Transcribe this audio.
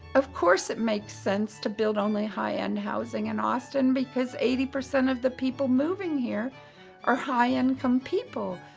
of course it makes sense to build only high-end housing in austin because eighty percent of the people moving here are high-income people.